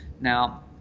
Now